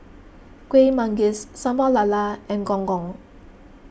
Kueh Manggis Sambal Lala and Gong Gong